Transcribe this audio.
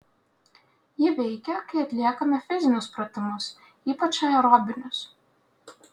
ji veikia kai atliekame fizinius pratimus ypač aerobinius